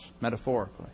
metaphorically